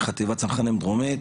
מחטיבת הצנחנים דרומית,